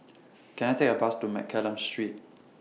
Can I Take A Bus to Mccallum Street